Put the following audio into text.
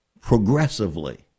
progressively